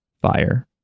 fire